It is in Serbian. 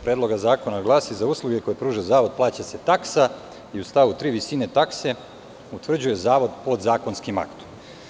Predloga zakona glasi: "Za usluge koje pruža Zavod plaća se taksa" i u stavu 3. "Visine takse utvrđuje Zavod podzakonskim aktom"